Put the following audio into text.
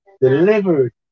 delivered